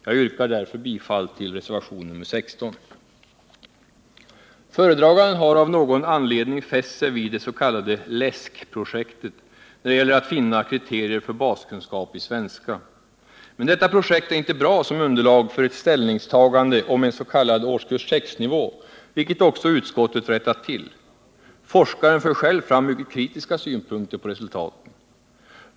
Jag yrkar därför bifall till reservation nr 16. Föredraganden har av någon anledning fäst sig vid det s.k. LÄSK projektet, när det gäller att finna kriterier för baskunskap i svenska. Men detta projekt är inte bra som underlag för ett ställningstagande om en s.k. årskurs 6-nivå, vilket också utskottet rättat till. Forskaren för själv fram mycket kritiska synpunkter på resultaten.